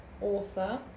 author